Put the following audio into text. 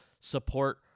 support